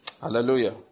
Hallelujah